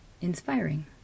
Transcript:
inspiring